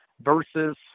versus